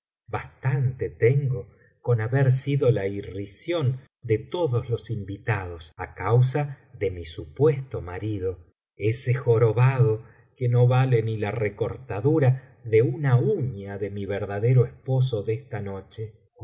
bastante tengo con haber sido la irrisión de todos los invitados á causa de mi supuesto marido ese jorobado que no vale ni la recortadura de una uña de mi verdadero esposo de esta noche